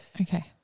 Okay